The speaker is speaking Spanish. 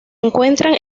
encuentran